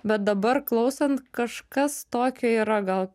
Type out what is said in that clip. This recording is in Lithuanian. bet dabar klausant kažkas tokio yra gal